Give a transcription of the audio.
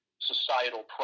societal